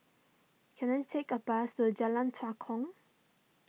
can I take a bus to Jalan Tua Kong